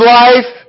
life